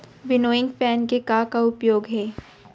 Winnowing fan के का का उपयोग हे?